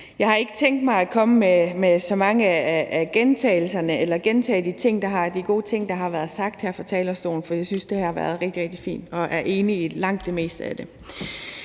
Jeg har ikke tænkt mig at gentage så mange af de gode ting, der er blevet sagt her fra talerstolen, for jeg synes, at det har været rigtig, rigtig fint, og jeg er enig i langt det meste af det.